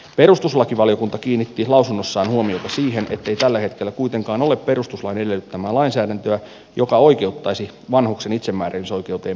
perustuslakivaliokunta kiinnitti lausunnossaan huomiota siihen ettei tällä hetkellä kuitenkaan ole perustuslain edellyttämää lainsäädäntöä joka oikeuttaisi vanhuksen itsemääräämisoikeuteen puuttumiseen